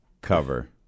cover